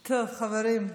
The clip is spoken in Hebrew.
טוב, חברים.